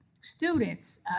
students